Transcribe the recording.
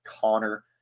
Connor